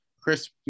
Chris